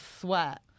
sweat